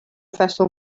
vessel